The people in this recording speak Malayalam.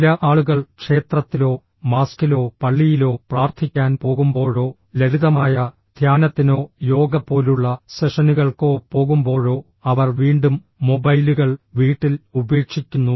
ചില ആളുകൾ ക്ഷേത്രത്തിലോ മാസ്കിലോ പള്ളിയിലോ പ്രാർത്ഥിക്കാൻ പോകുമ്പോഴോ ലളിതമായ ധ്യാനത്തിനോ യോഗ പോലുള്ള സെഷനുകൾക്കോ പോകുമ്പോഴോ അവർ വീണ്ടും മൊബൈലുകൾ വീട്ടിൽ ഉപേക്ഷിക്കുന്നു